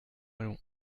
allons